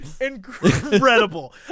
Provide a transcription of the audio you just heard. incredible